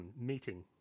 Meeting